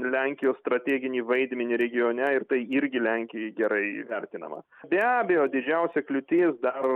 lenkijos strateginį vaidmenį regione ir tai irgi lenkijoj gerai vertinama be abejo didžiausia kliūtis dar